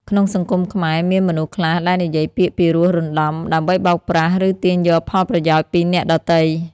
ក្នុងសង្គមខ្មែរ មានមនុស្សខ្លះដែលនិយាយពាក្យពីរោះរណ្តំ ដើម្បីបោកប្រាស់ ឬទាញយកផលប្រយោជន៍ពីអ្នកដទៃ។